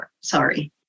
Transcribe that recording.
sorry